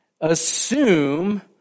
assume